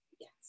Yes